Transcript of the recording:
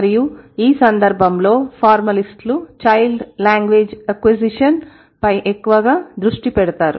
మరియు ఈ సందర్భంలో ఫార్మలిస్టులు చైల్డ్ లాంగ్వేజ్ ఆక్విసిషన్ పై ఎక్కువగా దృష్టి పెడతారు